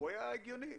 היה הגיוני.